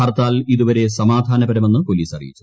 ഹർത്താൽ ഇതുവരെ സമാധാനപരമെന്ന് പോലീസ് അറിയിച്ചു